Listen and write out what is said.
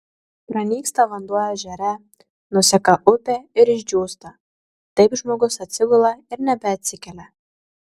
pranyksta vanduo ežere nuseka upė ir išdžiūsta taip žmogus atsigula ir nebeatsikelia